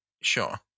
Sure